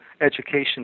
education